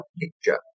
picture